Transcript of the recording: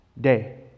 day